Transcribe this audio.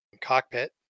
cockpit